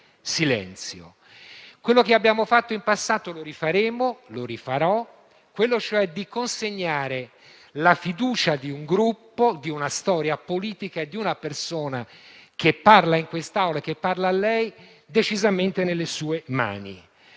Quello che abbiamo fatto in passato lo rifaremo e lo rifarò e cioè consegnare la fiducia di un Gruppo, di una storia politica e di una persona che parla in quest'Aula e parla a lei, decisamente nelle sue mani.